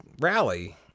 rally